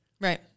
right